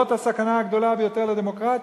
זאת הסכנה הגדולה ביותר לדמוקרטיה.